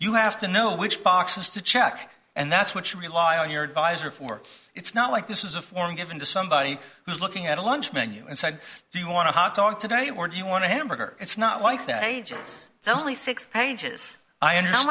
you have to know which boxes to check and that's what you rely on your advisor for it's not like this is a form given to somebody who's looking at a lunch menu and said do you want to talk today or do you want to hamburger it's not like that ages it's only six pages i und